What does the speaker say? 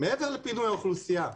מעבר לפינוי האוכלוסייה,